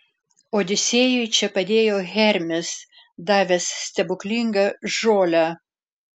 odisėjui čia padėjo hermis davęs stebuklingą žolę